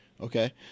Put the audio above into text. Okay